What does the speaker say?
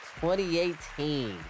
2018